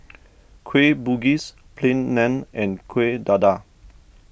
Kueh Bugis Plain Naan and Kuih Dadar